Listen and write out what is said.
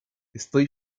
estoy